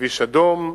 כביש אדום,